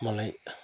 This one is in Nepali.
मलाई